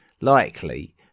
likely